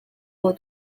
过渡